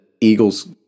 Eagles